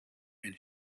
and